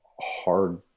hard